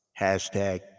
Hashtag